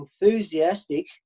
enthusiastic